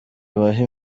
ibahe